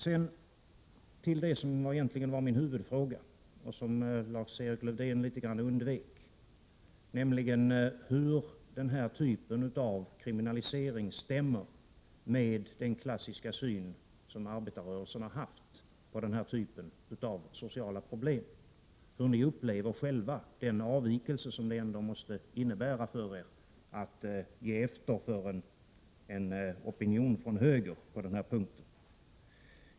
Så till det som egentligen var min huvudfråga och som Lars-Erik Lövdén litet grand undvek, nämligen hur kriminaliseringen av narkotikabruket stämmer med arbetarrörelsens klassiska syn på den typen av sociala problem. Hur upplever ni själva den avvikelse som det ändå måste innebära för er att ge efter för en opinion från höger?